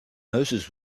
moses